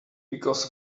because